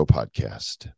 Podcast